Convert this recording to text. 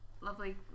Lovely